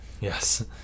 Yes